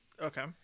Okay